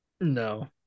No